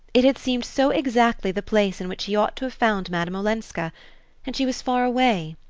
it had seemed so exactly the place in which he ought to have found madame olenska and she was far away,